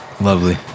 Lovely